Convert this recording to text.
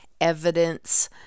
Evidence